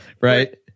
Right